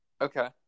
Okay